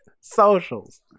Socials